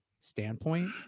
standpoint